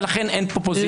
ולכן אין פה פוזיציה.